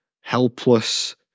helpless